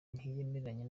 ntiyemeranya